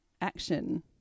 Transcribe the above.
action